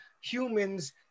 humans